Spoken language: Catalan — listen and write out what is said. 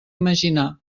imaginar